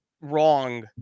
Wrong